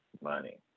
money